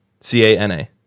C-A-N-A